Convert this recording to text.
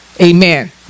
Amen